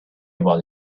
about